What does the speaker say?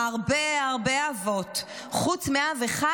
הרבה הרבה אבות, חוץ מאב אחד.